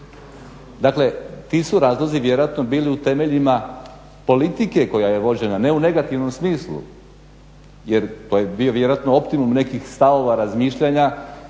Dakle, ti su razlozi vjerojatno bili u temeljima politike koja je vođena, ne u negativnom smislu, jer to je bio vjerojatno optimum nekih stavova, razmišljanja